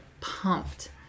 pumped